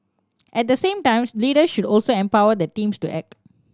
at the same times leaders should also empower their teams to act